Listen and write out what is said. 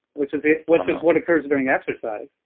which is yeah which is what occurs during exercise,